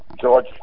George